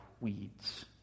weeds